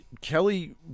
Kelly